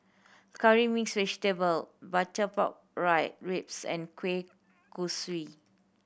Curry Mixed Vegetable butter pork rib ribs and kueh kosui